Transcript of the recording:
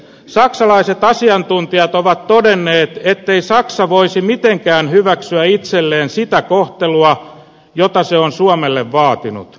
saksalaiset asiantuntijat ovat todenneet ettei saksa voisi mitenkään hyväksyä itselleen sitä kohtelua jota se on suomelle vaatinut